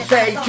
say